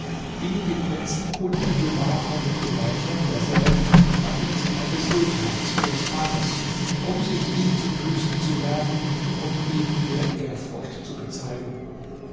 gingen die prinzen unmittelbar von den gemächern derselben nach den zimmern des sultans ihres vaters um sich ihm zu füßen zu werfen und ihm ihre ehrfurcht zu bezeigen